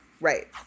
Right